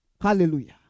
Hallelujah